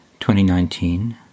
2019